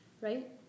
right